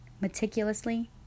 Meticulously